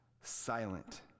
silent